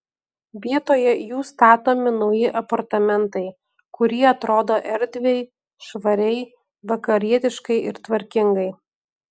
vietoje jų statomi nauji apartamentai kurie atrodo erdviai švariai vakarietiškai ir tvarkingai